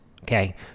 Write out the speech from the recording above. Okay